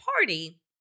Party